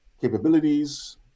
capabilities